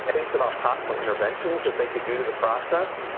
and thinks about possible interventions that they could do to the process.